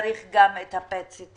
צריך גם את ה-PET-CT,